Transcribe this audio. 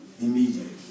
immediately